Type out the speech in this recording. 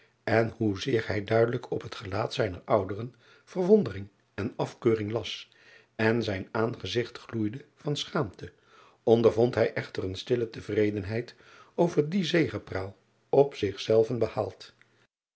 en hoezeer hij duidelijk op het gelaat zijner ouderen verwondering en afkeuring las en zijn aangezigt gloeide van schaamte ondervond driaan oosjes zn et leven van aurits ijnslager hij echter eene stille tevredenheid over die zegepraal op zichzelven behaald